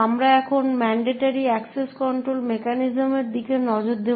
আমরা এখন mandatory access control মেকানিজমের দিকে নজর দেব